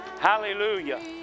Hallelujah